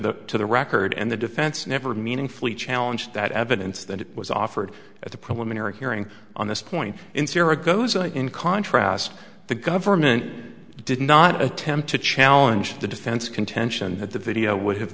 the record and the defense never meaningfully challenge that evidence that was offered at the preliminary hearing on this point in syria goes in contrast the government did not attempt to challenge the defense contention that the video would have